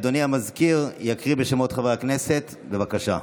אדוני המזכיר יקריא את שמות חברי הכנסת, בבקשה.